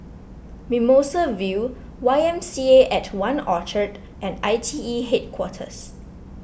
Mimosa View Y M C A at one Orchard and I T E Headquarters